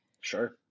Sure